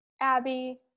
abby